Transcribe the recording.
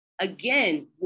Again